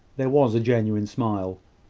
there was a genuine smile.